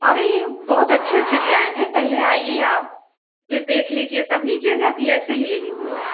अरे ये बहुत अच्छे अच्छे डिजाइन हैं पहले आइए आप फिर देख लीजिए तब लीजिएगा कि ऐसे ही ले लीजिएगा